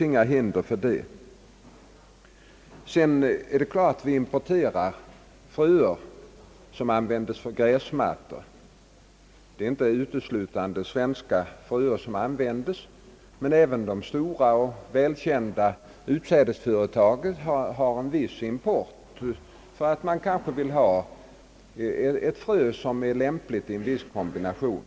Vi importerar också fröer för gräsmattor. Det är inte uteslutande svenska fröer som användes, utan de stora och välkända utsädesföretagen har en viss import av exempelvis fröer som är lämpliga i en viss kombination.